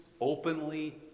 openly